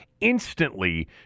instantly